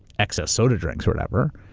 excess soda drinks or whatever.